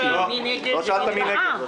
פה.